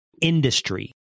industry